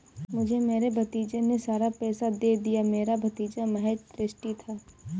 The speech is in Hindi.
मुझे मेरे भतीजे ने सारा पैसा दे दिया, मेरा भतीजा महज़ ट्रस्टी था